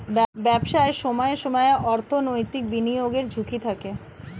ব্যবসায় সময়ে সময়ে অর্থনৈতিক বিনিয়োগের ঝুঁকি থাকে